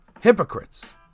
Hypocrites